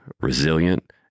resilient